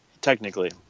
technically